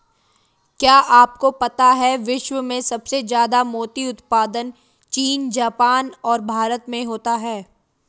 क्या आपको पता है विश्व में सबसे ज्यादा मोती उत्पादन चीन, जापान और भारत में होता है?